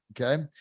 Okay